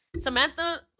Samantha